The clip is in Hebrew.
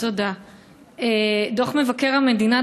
דוח מבקר המדינה,